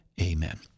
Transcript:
Amen